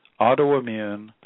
Autoimmune